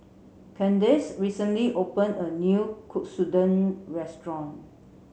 Candace recently open a new Katsudon restaurant